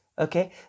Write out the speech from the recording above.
Okay